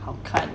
好看